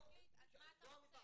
לא, לא עמי ברבר.